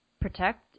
protect